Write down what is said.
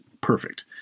Perfect